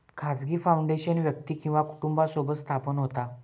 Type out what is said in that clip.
खाजगी फाउंडेशन व्यक्ती किंवा कुटुंबासोबत स्थापन होता